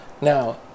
Now